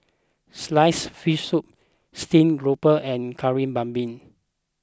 Sliced Fish Soup Steamed Garoupa and Kari Babi